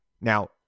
Now